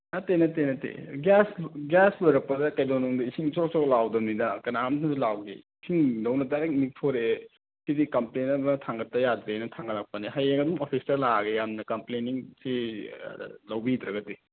ꯅꯠꯇꯦ ꯅꯠꯇꯦ ꯅꯠꯇꯦ ꯒꯤꯌꯥꯁ ꯒ꯭ꯌꯥꯁ ꯂꯣꯏꯔꯛꯄꯗ ꯀꯩꯗꯧꯅꯨꯡꯗ ꯏꯁꯤꯡ ꯆꯣꯔꯣꯛ ꯆꯣꯔꯣꯛ ꯂꯥꯎꯗꯕꯅꯤꯗ ꯀꯅꯥꯝꯇꯁꯨ ꯂꯥꯎꯗꯦ ꯏꯁꯤꯡꯗꯧꯅ ꯗꯥꯏꯔꯦꯛ ꯅꯤꯛꯊꯣꯔꯛꯑꯦ ꯁꯤꯗꯤ ꯀꯝꯄ꯭ꯂꯦꯟ ꯑꯃ ꯊꯥꯡꯒꯠꯇ ꯌꯥꯗ꯭ꯔꯦꯅ ꯊꯥꯡꯒꯠꯂꯛꯄꯅꯦ ꯍꯌꯦꯡ ꯑꯗꯨꯝ ꯑꯣꯐꯤꯁꯇ ꯂꯥꯛꯑꯒꯦ ꯌꯥꯝꯅ ꯀꯝꯄ꯭ꯂꯦꯅꯤꯡꯁꯤ ꯂꯧꯕꯤꯗ꯭ꯔꯒꯗꯤ